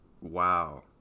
wow